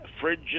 fridge